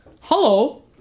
Hello